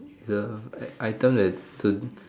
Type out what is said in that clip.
the item that